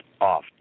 off